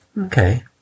Okay